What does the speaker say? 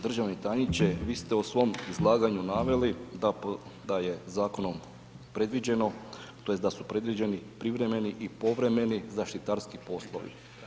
Državni tajniče vi ste u svom izlaganju naveli da je zakonom predviđeno, tj. da su predviđeni privremeni i povremeni zaštitarski poslovi.